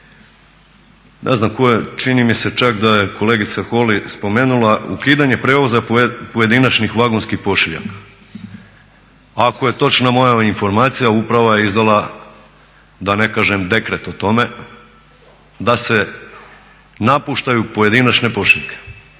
ne znam tko je, čini mi se čak da je kolegica Holy spomenula ukidanje prijevoza pojedinačnih vagonskih pošiljaka. Ako je točan moja informacija uprava je izdala da ne kažem dekret o tome da se napuštaju pojedinačne pošiljke.